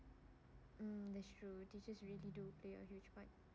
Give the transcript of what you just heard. mm that's true teachers really do play a huge part